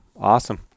Awesome